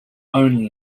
only